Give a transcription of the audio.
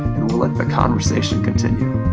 and we'll let the conversation continue